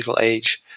age